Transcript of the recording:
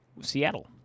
Seattle